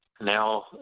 Now